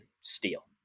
steel